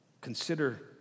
Consider